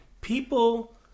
people